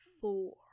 four